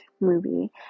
movie